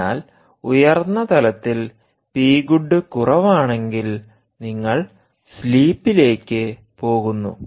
അതിനാൽ ഉയർന്ന തലത്തിൽ പി ഗുഡ് കുറവാണെങ്കിൽ നിങ്ങൾ സ്ലീപ് ലേക്ക് പോകുന്നു